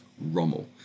Rommel